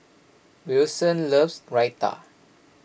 Wilson loves Raita